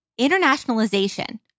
Internationalization